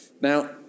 Now